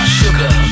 sugar